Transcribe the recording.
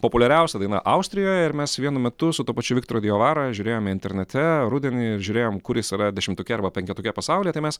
populiariausia daina austrijoje ir mes vienu metu su tuo pačiu viktoru diavara žiūrėjome internete rudenį žiūrėjom kur jis yra dešimtuke arba penketuke pasaulyje tai mes